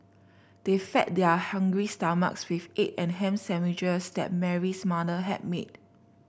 they fed their hungry stomachs with egg and ham sandwiches that Mary's mother had made